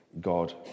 God